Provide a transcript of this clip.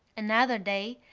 another day,